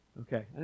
Okay